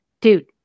Dude